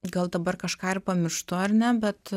gal dabar kažką ir pamirštu ar ne bet